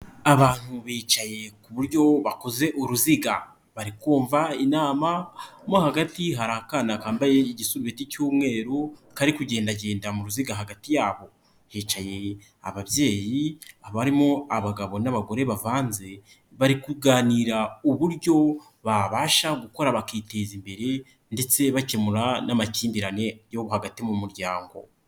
Abantu bicaye ku buryo bakoze uruziga bari kumva inama mo hagati hari akana kambaye igisurubeti cy'umweru kari kugendagenda mu ruziga hagati yabo, hicaye ababyeyi barimo abamo abagabo n'abagore bavanze bari kuganira uburyo babasha gukora bakiteza imbere ndetse bakemura n'amakimbirane yo hagati mu muryango.